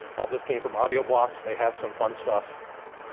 all this came from audioblocks, they have some fun stuff.